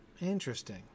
Interesting